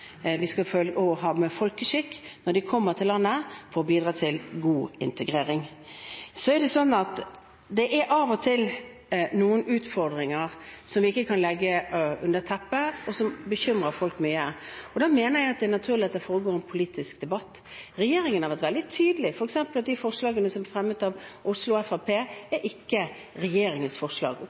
og folkeskikk når de kommer til landet, for å bidra til god integrering, som jeg sa i min nyttårstale. Det er av og til noen utfordringer som vi ikke kan skyve under teppet, og som bekymrer folk mye. Da mener jeg det er naturlig at det foregår en politisk debatt. Regjeringen har vært veldig tydelig, f.eks. på at de forslagene som er fremmet av Oslo Fremskrittsparti, ikke er regjeringens forslag og ikke kommer til å være det. Det er forslag